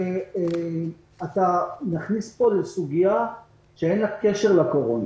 אתה נכנס פה לסוגיה שאין לה קשר לקורונה.